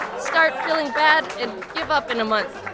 start feeling bad and give up in a month.